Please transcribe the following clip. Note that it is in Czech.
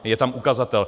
Je tam ukazatel.